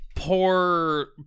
poor